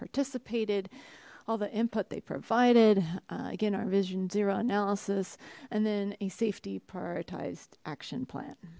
participated all the input they provided again our vision zero analysis and then a safety prioritized action plan